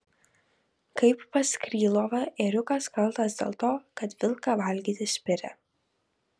kaip pas krylovą ėriukas kaltas dėl to kad vilką valgyti spiria